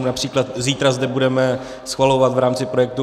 Například zítra zde budeme schvalovat v rámci projektu